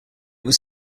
was